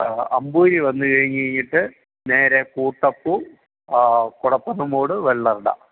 അമ്പൂരി വന്ന് കഴിഞ്ഞുകഴിഞ്ഞിട്ട് നേരെ കൂട്ടപ്പു കുടപ്പനംമൂട് വെള്ളറട